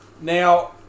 Now